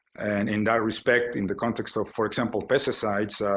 and in that respect, in the context of for example pesticides,